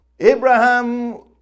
Abraham